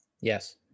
yes